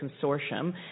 consortium